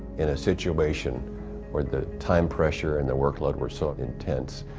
in a situation where the time pressure and the workload were so intense,